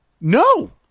No